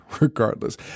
regardless